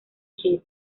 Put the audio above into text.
kid